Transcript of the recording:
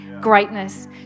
greatness